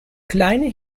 kleine